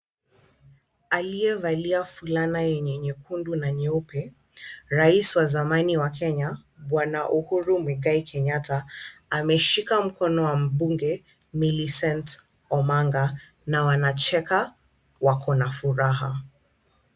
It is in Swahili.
Aliyevalia fulana yenye nyekundu na nyeupe, rais wa zamani wa Kenya bwana Uhuru Muigai Kenyatta ameshika mkono wa mbunge Millicent Omanga na wanacheka. Wako na furaha.